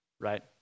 Right